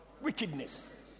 Wickedness